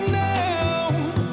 now